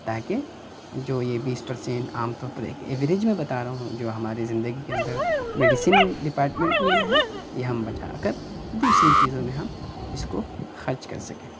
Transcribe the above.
تاکہ جو یہ بیس پرسینٹ عام طور پر ایک ایوریج میں بتا رہا ہوں جو ہماری زندگی کے اندر میڈسین ڈپاٹمینٹ ہیں یہ ہم بچا کر دوسری چیزوں میں ہم اس کو خرچ کر سکیں